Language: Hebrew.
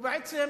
ובעצם